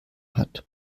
hat